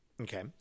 Okay